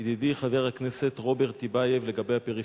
ידידי חבר הכנסת רוברט טיבייב לגבי הפריפריה.